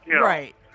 Right